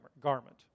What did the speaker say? garment